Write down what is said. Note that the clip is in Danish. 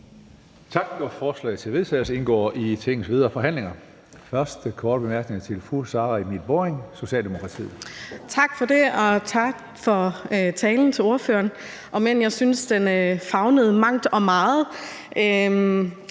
Tak for det, og tak til ordføreren for talen, om end jeg synes, den favnede mangt og meget.